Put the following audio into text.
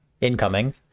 incoming